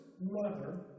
mother